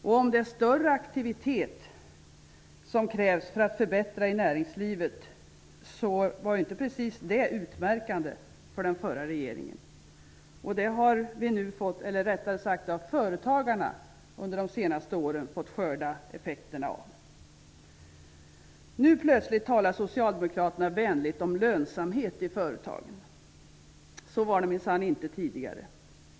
Och om det är större aktivitet som krävs för att förbättra i näringslivet, så vill jag säga att det inte precis var utmärkande för den förra regeringen. Det har vi -- eller, rättare sagt, företagarna -- under de senaste åren fått skörda effekterna av. Nu plötsligt talar Socialdemokraterna vänligt om lönsamhet i företagen. Så var det minsann inte tidigare.